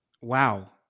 Wow